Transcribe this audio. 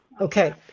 Okay